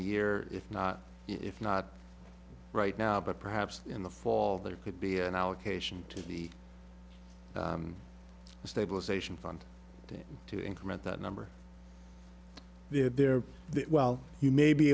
the year if not if not right now but perhaps in the fall there could be an allocation the stabilization fund to increment that number there well you may be